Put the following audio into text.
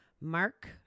Mark